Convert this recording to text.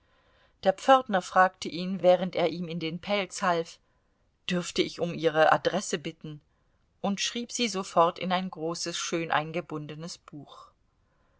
der pförtner fragte ihn während er ihm in den pelz half dürfte ich um ihre adresse bitten und schrieb sie sofort in ein großes schön eingebundenes buch